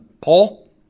Paul